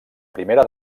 primera